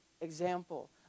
example